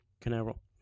Canaveral